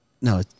No